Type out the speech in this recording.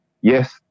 yes